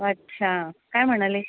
अच्छा काय म्हणाले